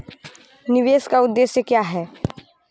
निवेश का उद्देश्य क्या है?